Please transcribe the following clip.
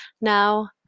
Now